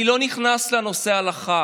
אני לא נכנס לנושא ההלכה.